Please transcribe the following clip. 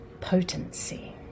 Potency